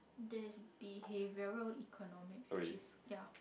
there's behavioral economics which is ya